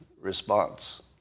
response